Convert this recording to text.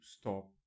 stop